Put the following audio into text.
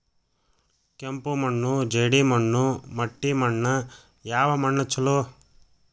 ಕೆಂಪು ಮಣ್ಣು, ಜೇಡಿ ಮಣ್ಣು, ಮಟ್ಟಿ ಮಣ್ಣ ಯಾವ ಮಣ್ಣ ಛಲೋ?